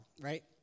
right